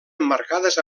emmarcades